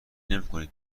نمیکنید